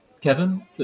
Kevin